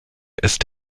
ist